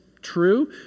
true